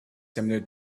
similar